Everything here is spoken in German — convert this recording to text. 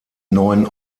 neuen